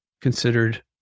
considered